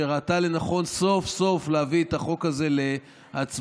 שראתה לנכון סוף-סוף להביא את החוק הזה להצבעה.